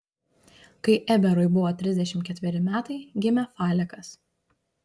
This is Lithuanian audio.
kai eberui buvo trisdešimt ketveri metai gimė falekas